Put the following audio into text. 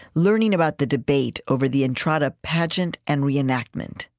learning about the debate over the entrada pageant and re-enactment,